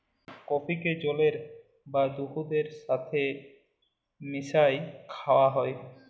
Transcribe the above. কফিকে জলের বা দুহুদের ছাথে মিশাঁয় খাউয়া হ্যয়